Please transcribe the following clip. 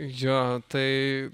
jo tai